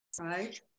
right